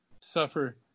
suffer